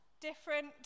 different